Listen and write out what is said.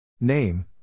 Name